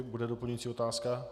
Bude doplňující otázka?